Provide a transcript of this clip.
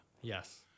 Yes